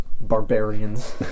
barbarians